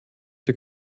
der